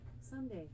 Sunday